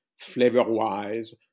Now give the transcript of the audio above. flavor-wise